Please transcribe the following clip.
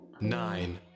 nine